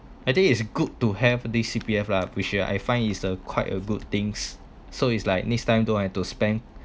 I think it's good to have the C_P_F lah which is I find is a quite a good things so it's like next time don't have to spend